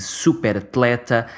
superatleta